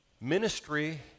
ministry